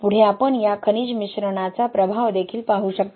पुढे आपण या खनिज मिश्रणाचा प्रभाव देखील पाहू शकता